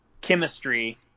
chemistry